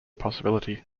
possibility